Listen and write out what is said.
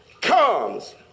comes